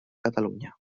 catalunya